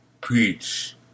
Preach